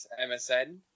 MSN